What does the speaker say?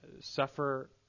suffer